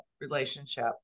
relationship